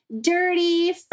dirty